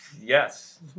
Yes